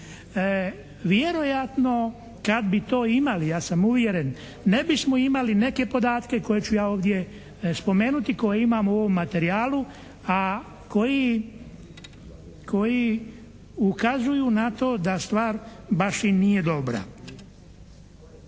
Vjerojatno kad bi to imali, ja sam uvjeren ne bismo imali neke podatke koje ću ja ovdje spomenuti. Koje imam u ovom materijalu, a koji, koji ukazuju na to da stvar baš i nije dobra.